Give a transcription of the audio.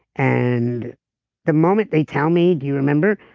and the moment they tell me do you remember,